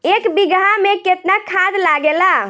एक बिगहा में केतना खाद लागेला?